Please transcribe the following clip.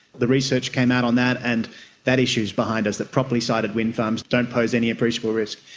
the research came out on that and that issue is behind us, that properly sited windfarms don't pose any appreciable risk.